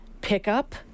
pickup